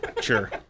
Sure